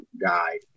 guide